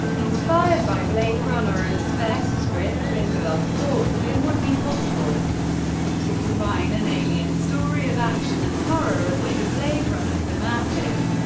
inspired by blade runner and spaihts's script, lindelof thought that it would be possible to combine an alien story of action and horror with the blade runner thematic,